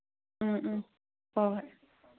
ꯎꯝ ꯎꯝ ꯍꯣꯏ ꯍꯣꯏ